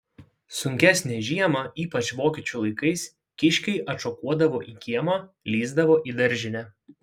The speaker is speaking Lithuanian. sunkesnę žiemą ypač vokiečių laikais kiškiai atšokuodavo į kiemą lįsdavo į daržinę